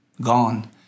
gone